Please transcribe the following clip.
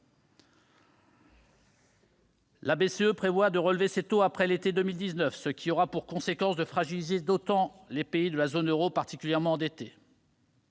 d'ailleurs de relever ses taux après l'été 2019, ce qui aura pour conséquence de fragiliser la situation des pays de la zone euro particulièrement endettés.